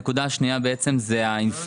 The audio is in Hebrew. הנקודה השנייה היא האינפלציה.